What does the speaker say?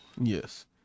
Yes